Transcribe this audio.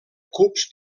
cubs